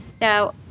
Now